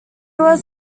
was